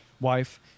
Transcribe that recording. wife